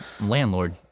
landlord